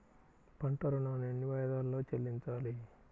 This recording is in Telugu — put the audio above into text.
పంట ఋణాన్ని ఎన్ని వాయిదాలలో చెల్లించాలి?